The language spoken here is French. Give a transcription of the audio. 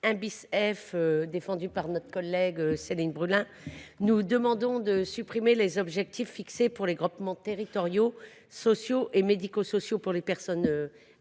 1 F, défendu par notre collègue Céline Brulin, nous demandons de supprimer les objectifs fixés pour les groupements territoriaux sociaux et médico sociaux pour les personnes âgées.